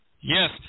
Yes